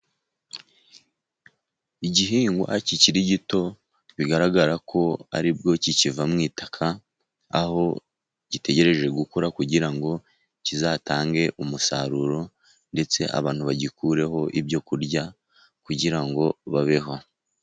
igihingwa kikiri gito bigaragara ko ari bwo kikiva mu itaka, aho gitegereje gukura kugira ngo kizatange umusaruro, ndetse abantu bagikureho ibyo kurya kugira ngo babeho.